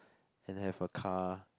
and have a car